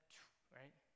right